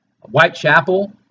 Whitechapel